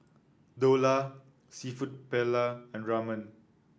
Dhokla seafood Paella and Ramen